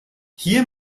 hier